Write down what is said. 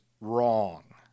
wrong